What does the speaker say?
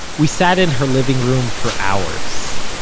we sat in her living room for hours,